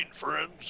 friends